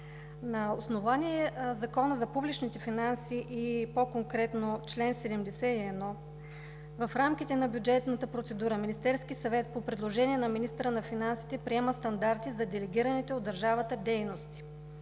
На основание Закона за публичните финанси и по-конкретно чл. 71 в рамките на бюджетната процедура Министерският съвет, по предложение на министъра на финансите, приема стандарти за делегираните от държавата дейности.